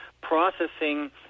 processing